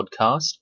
Podcast